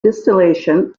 distillation